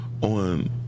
on